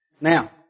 Now